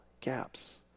gaps